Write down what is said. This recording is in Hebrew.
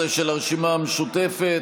13, של הרשימה המשותפת.